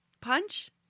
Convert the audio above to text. punch